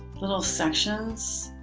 little sections.